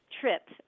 trip